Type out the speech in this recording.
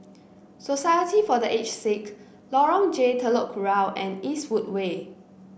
society for The Aged Sick Lorong J Telok Kurau and Eastwood Way